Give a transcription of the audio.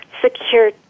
secure